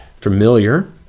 familiar